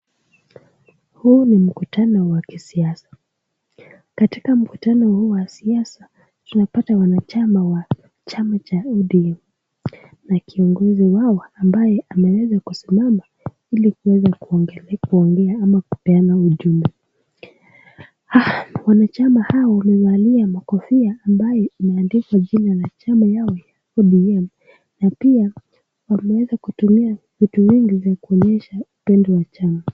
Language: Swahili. Huu ni mkutano wa kisiasa, katika mkutano huu wa siasa tunapata wanachama wa chama cha ODM na kiongozi wao ambaye ameweza kusimama ili kuweza kuongea ama kupeana ujumbe. Wanachama hao wamevalia makofia ambayo imeandikwa chama yao ya ODM na pia wameweza kutumia vitu mingi kuonyesha upendo wa chama.